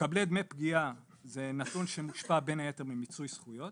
מקבלי דמי פגיעה זה נתון שמושפע בין היתר ממיצוי זכויות